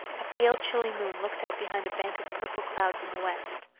a pale chilly moon looked out behind a bank of purple clouds in the west.